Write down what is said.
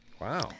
Wow